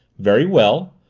very well!